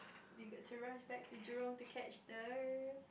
you got to rush back to Jurong to catch the